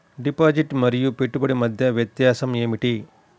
Deposit మరియు పెట్టుబడి మధ్య వ్యత్యాసం ఏమిటీ?